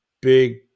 big